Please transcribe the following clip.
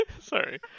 sorry